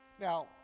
now